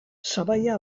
sabaia